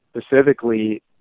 specifically